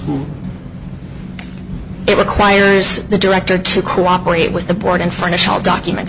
saw it requires the director to cooperate with the board and furnish all documents